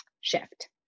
shift